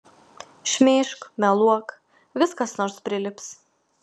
šmeižk meluok vis kas nors prilips